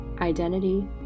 identity